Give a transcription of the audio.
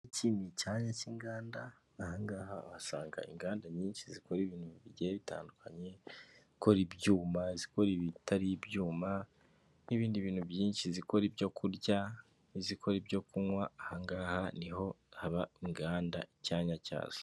Iki ni icyanya cy'inganda ahangaha uhasanga inganda nyinshi zikora ibintu bigiye bitandukanye; izikora ibyuma, izikora ibitari ibyuma n'ibindi bintu byinshi, izikora ibyo kurya n'izikora ibyo kunywa ahangaha ni ho haba inganda icyanya cyazo.